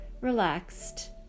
relaxed